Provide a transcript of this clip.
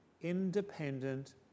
independent